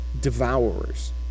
Devourers